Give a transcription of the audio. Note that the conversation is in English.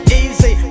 easy